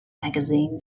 magazine